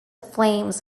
flames